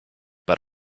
but